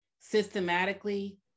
systematically